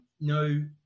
No